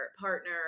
partner